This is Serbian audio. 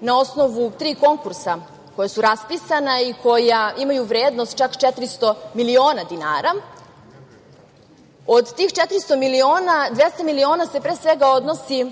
na osnovu tri konkursa koja su raspisana i koja imaju vrednost čak 400 miliona dinara. Od tih 400 miliona 200 miliona se odnosi